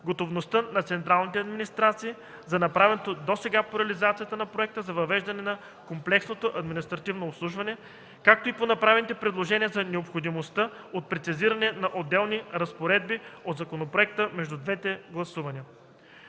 готовността на централните администрации за направеното досега по реализацията на проект за въвеждане на комплексното административно обслужване, както и по направените предложения за необходимостта от прецизиране на отделни разпоредби от законопроекта между двете гласувания.